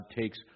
takes